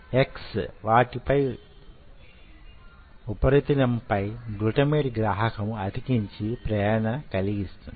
x వాటి ఉపరితలం పై గ్లూటమేట్ గ్రాహకమును అతికించి ప్రేరణను కలిగిస్తుంది